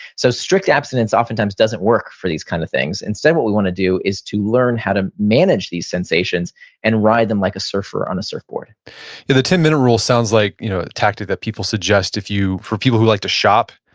so strict abstinence oftentimes doesn't work for these kind of things, instead what we want to do is to learn how to manage these sensations and ride them like a surfer on a surfboard the ten minute rule sounds like you know a tactic that people suggest for people who like to shop.